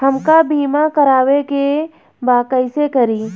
हमका बीमा करावे के बा कईसे करी?